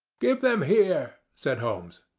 give them here, said holmes.